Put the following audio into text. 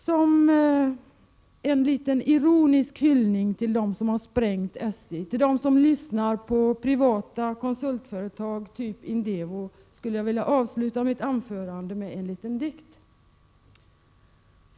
Som en liten ironisk hyllning till dem som har sprängt SJ, till dem som lyssnar på privata konsultföretag av typ Indevo, vill jag avsluta mitt anförande med en liten dikt.